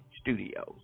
Studios